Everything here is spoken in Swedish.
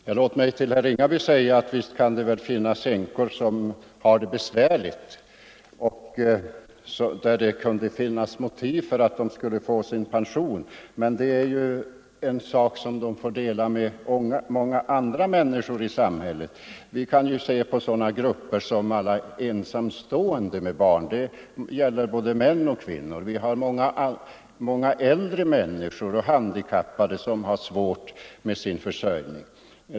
Herr talman! Låt mig säga till herr Ringaby att visst kan det väl finnas änkor som har det så besvärligt att det kunde finnas motiv för att de skulle få sin pension. Men att de inte får det är ju en situation som de delar med många andra människor i samhället. Vi kan ju se på sådana grupper som alla ensamstående med barn. Det gäller både män och kvinnor. Det finns många äldre människor och handikappade som har svårt med sin försörjning.